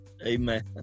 amen